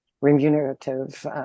remunerative